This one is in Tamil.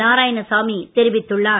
நாராயணசாமி தெரிவித்துள்ளார்